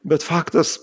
bet faktas